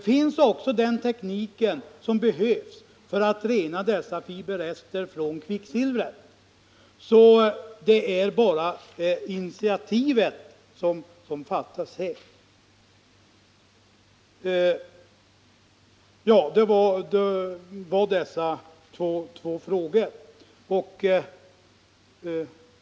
Man har också den teknik som behövs för att rena dessa fiberrester från kvicksilver, så det är bara initiativet som fattas här.